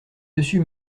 dessus